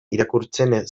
irakurtzen